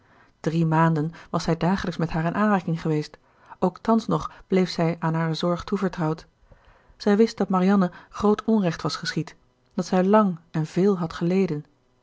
drie maanden was zij dagelijks met haar in aanraking geweest ook thans nog bleef zij aan hare zorg toevertrouwd zij wist dat marianne groot onrecht was geschied dat zij lang en veel had geleden